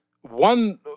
one